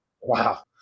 Wow